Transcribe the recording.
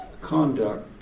conduct